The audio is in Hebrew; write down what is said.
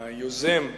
היוזם שלנו,